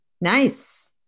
nice